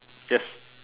yes